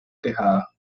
tejada